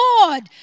Lord